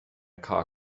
car